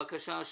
הבקשה אושרה.